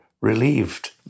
relieved